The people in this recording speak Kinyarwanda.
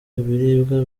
ibiribwa